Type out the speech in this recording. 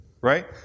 Right